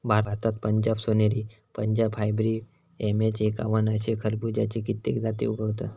भारतात पंजाब सोनेरी, Punjab hybrid, MH एक्कावन्न अशे खरबुज्याची कित्येक जाती उगवतत